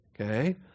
Okay